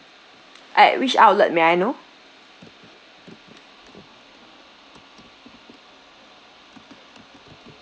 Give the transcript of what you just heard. at which outlet may I know